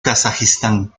kazajistán